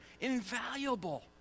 Invaluable